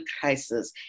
crisis